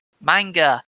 manga